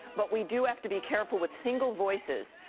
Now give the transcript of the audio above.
but we do have to be careful with single voices,